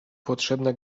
potrzebna